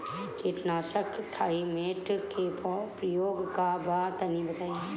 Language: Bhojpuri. कीटनाशक थाइमेट के प्रयोग का बा तनि बताई?